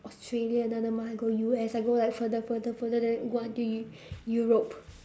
australia another month I go U_S I go like further further further then go until eu~ europe